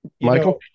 Michael